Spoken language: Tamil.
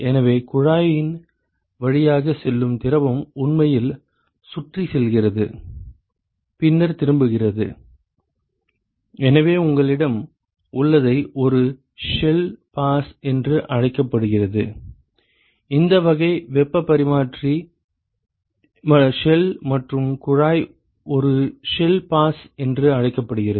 எனவே குழாயின் வழியாக செல்லும் திரவம் உண்மையில் சுற்றிச் செல்கிறது பின்னர் திரும்புகிறது எனவே உங்களிடம் உள்ளதை ஒரு ஷெல் பாஸ் என்று அழைக்கப்படுகிறது இந்த வகை வெப்பப் பரிமாற்றி ஷெல் மற்றும் குழாய் ஒரு ஷெல் பாஸ் என்று அழைக்கப்படுகிறது